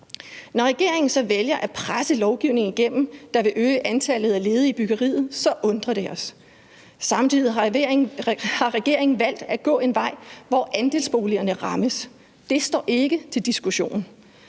Når regeringen så vælger at presse lovgivning igennem, der vil øge antallet af ledige i byggeriet, så undrer det os. Samtidig har regeringen valgt at gå en vej, hvor andelsboligerne rammes – det står ikke til diskussion.